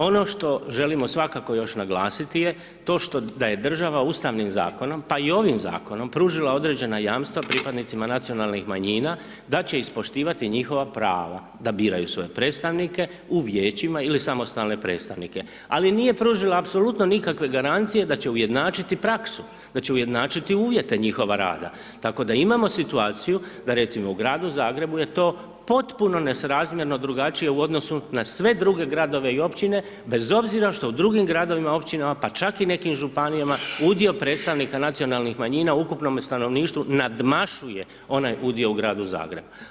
Ono što želimo svakako još naglasiti je, to što, da je država Ustavnim zakonom, pa i ovim Zakonom pružila određena jamstva pripadnicima nacionalnih manjina, da će ispoštivati njihova prava da biraju svoje predstavnike u Vijećima ili samostalne predstavnike, ali nije pružila apsolutno nikakve garancije da će ujednačiti praksu, da će ujednačiti uvijete njihova rada, tako da imamo situaciju da recimo u gradu Zagrebu je to potpuno nesrazmijerno, drugačije u odnosu na sve druge gradove i općine, bez obzira što u drugim gradovima, općinama, pa čak i nekim županijama, udio predstavnika nacionalnih manjina u ukupnome stanovništvu nadmašuje onaj udio u gradu Zagrebu.